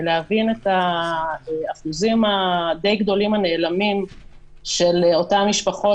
להבין את האחוזים הדי גדולים הנעלמים של אותן משפחות,